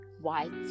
white